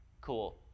cool